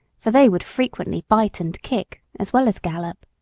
for they would frequently bite and kick as well as gallop.